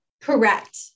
correct